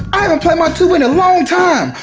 i haven't played my tuba in a long time!